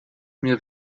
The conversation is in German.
mir